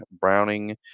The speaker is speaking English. Browning